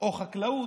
או לחקלאות,